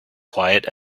quiet